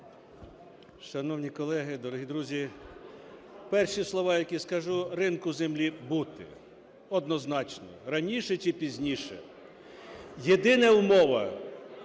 Шановні колеги, дорогі друзі! Перші слова, які скажу: ринку землі бути. Однозначно. Раніше чи пізніше. Єдина умова,